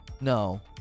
No